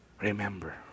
Remember